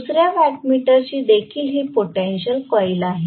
दुसर्या वॅट मीटरची देखील ही पोटेन्शिअल कॉइल आहे